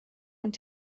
und